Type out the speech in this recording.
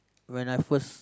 when I first